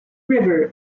river